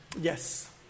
Yes